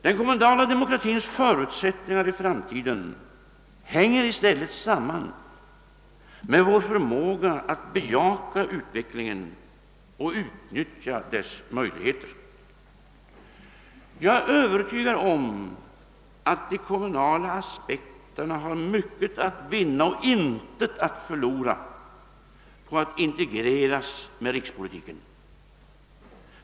Den kommunala demokratins förutsättningar i framtiden hör i stället samman med vår förmåga att bejaka utvecklingen och utnyttja dess möjligheter. Jag är övertygad om att de kommunala aspekterna har mycket att vinna och intet att förlora på att integreras med rikspolitiken.